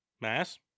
Mass